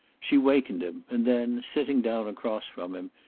she wakened him and then, sitting down across from him,